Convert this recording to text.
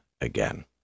again